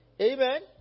Amen